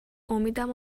امیدم